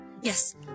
Yes